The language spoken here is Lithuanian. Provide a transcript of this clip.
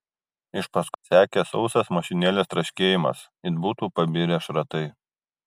iš paskos sekė sausas mašinėlės tarškėjimas it būtų pabirę šratai